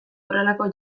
horrelako